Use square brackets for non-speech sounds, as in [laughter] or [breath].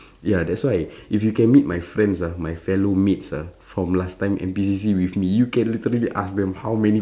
[breath] ya that's why if you can meet my friends ah my fellow mates ah from last time N_P_C_C with me you can literally ask them how many